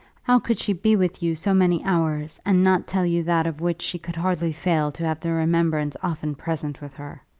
how could she be with you so many hours, and not tell you that of which she could hardly fail to have the remembrance often present with her.